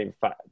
five